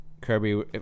Kirby